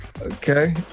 Okay